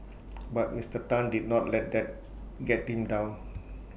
but Mister Tan did not let that get him down